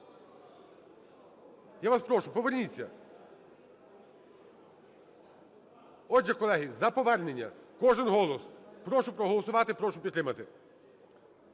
Я вас прошу, поверніться. Отже, колеги – за повернення, кожен голос прошу проголосувати. Прошу підтримати.